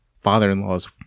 father-in-law's